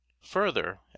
further